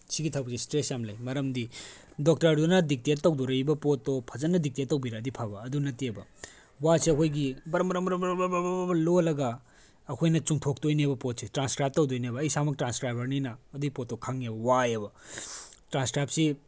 ꯁꯤꯒꯤ ꯊꯕꯛꯁꯦ ꯏꯁꯇ꯭ꯔꯦꯁ ꯌꯥꯝ ꯂꯩ ꯃꯔꯝꯗꯤ ꯗꯣꯛꯇꯔꯗꯨꯅ ꯗꯤꯛꯇꯦꯠ ꯇꯧꯊꯣꯔꯛꯏꯕ ꯄꯣꯠꯇꯣ ꯐꯖꯅ ꯗꯤꯛꯇꯦꯠ ꯇꯧꯕꯤꯔꯛꯑꯗꯤ ꯐꯕ ꯑꯗꯨ ꯅꯠꯇꯦꯕ ꯋꯥꯁꯦ ꯑꯩꯈꯣꯏꯒꯤ ꯕꯔꯪ ꯕꯔꯪ ꯕꯔꯪ ꯕꯔꯪ ꯕꯔꯪ ꯕꯔꯪ ꯕꯔꯪ ꯕꯔꯪ ꯂꯣꯜꯂꯒ ꯑꯩꯈꯣꯏꯅ ꯆꯨꯝꯊꯣꯛꯇꯣꯏꯅꯦꯕ ꯄꯣꯠꯁꯦ ꯇ꯭ꯔꯥꯟꯁꯀ꯭ꯔꯥꯏꯞ ꯇꯧꯗꯣꯏꯅꯦꯕ ꯑꯩ ꯏꯁꯥꯃꯛ ꯇ꯭ꯔꯥꯟꯁꯀ꯭ꯔꯥꯏꯕꯔꯅꯤꯅ ꯑꯗꯨꯒꯤ ꯄꯣꯠꯇꯣ ꯈꯪꯉꯦꯕ ꯋꯥꯏꯌꯦꯕ ꯇ꯭ꯔꯥꯟꯁꯀ꯭ꯔꯥꯏꯞꯁꯤ